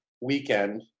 Weekend